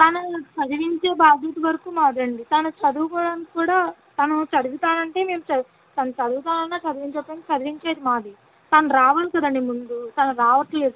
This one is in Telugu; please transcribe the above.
తను చదివించే బాధ్యత వరకు మాదే అండి తను చదువుకోడానికి కూడా తను చదువుతానంటే మేము చ తను చదువుతానన్నా చదివించొద్దన్నా చదివించేది మాది తను రావాలి కదండి ముందు తను రావడంలేదు ఫస్ట్